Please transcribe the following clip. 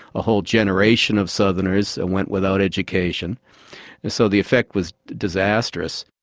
a whole generation of southerners went without education, and so the effect was disastrous.